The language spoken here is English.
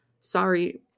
Sorry